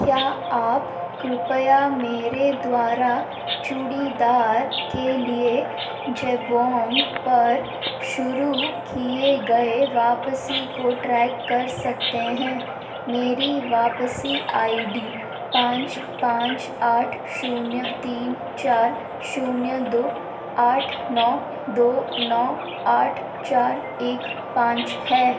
क्या आप कृपया मेरे द्वारा चूड़ीदार के लिए जैबोन्ग पर शुरू की गई वापसी को ट्रैक कर सकते हैं मेरी वापसी आई डी पाँच पाँच आठ शून्य तीन चार शून्य दो आठ नौ दो नौ आठ चार एक पाँच है